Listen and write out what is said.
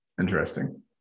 Interesting